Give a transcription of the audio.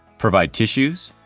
provide tissues,